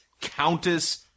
Countess